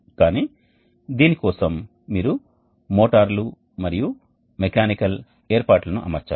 కానీ దీని కోసం మీరు మోటార్లు మరియు మెకానికల్ ఏర్పాట్లను అమర్చాలి